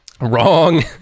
Wrong